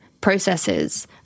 processes